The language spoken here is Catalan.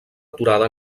aturada